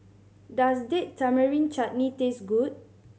does Date Tamarind Chutney taste good